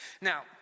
Now